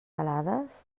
alades